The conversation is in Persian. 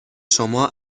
شما